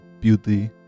beauty